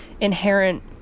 inherent